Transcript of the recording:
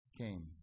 came